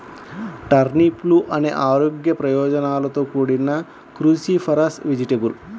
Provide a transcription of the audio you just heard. టర్నిప్లు అనేక ఆరోగ్య ప్రయోజనాలతో కూడిన క్రూసిఫరస్ వెజిటేబుల్